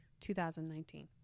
2019